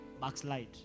Backslide